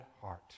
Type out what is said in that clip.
heart